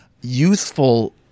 youthful